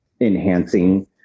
enhancing